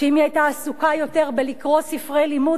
שאם היא היתה עסוקה יותר בלקרוא ספרי לימוד